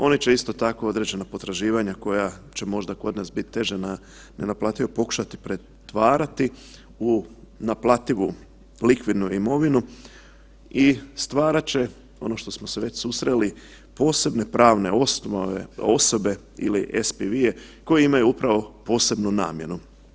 One će, isto tako određena potraživanja koja će možda kod biti teža, nenaplativa, pokušati pretvarati u naplativu likvidnu imovinu i stvarat će, ono što smo se već susreli, posebne pravne osobe ili SPV-i koje imaju upravo posebnu namjenu.